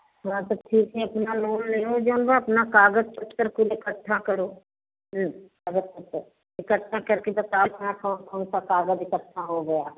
हाँ सब ठीक है अपना लोन ले ने जाओगे तो अपना कागज पत्र सब कुछ इकट्ठा करो इकट्ठा करके बताओ कहाँ कौन कौनसा कागज इकट्ठा हो गया है